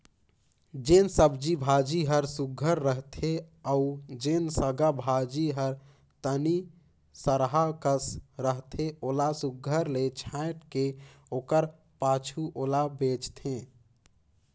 जेन सब्जी भाजी हर सुग्घर रहथे अउ जेन साग भाजी हर तनि सरहा कस रहथे ओला सुघर ले छांएट के ओकर पाछू ओला बेंचथें